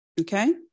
Okay